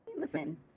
Listen